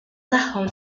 tagħhom